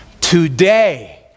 Today